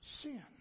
sin